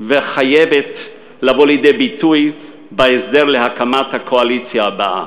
החייבת לבוא לידי ביטוי בהסדר להקמת הקואליציה הבאה.